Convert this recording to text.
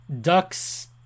Ducks